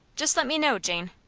just let me know, jane.